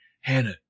Hannah